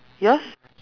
yours